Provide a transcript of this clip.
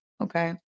okay